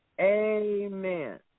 Amen